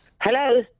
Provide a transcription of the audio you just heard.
Hello